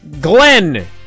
Glenn